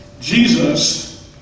Jesus